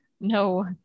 No